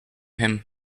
him